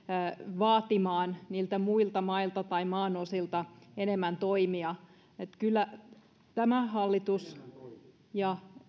vaaditaan niiltä muilta mailta tai maanosilta enemmän toimia kyllä tämä hallitus ja